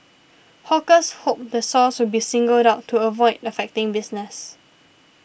Hawkers hoped the source will be singled out to avoid affecting business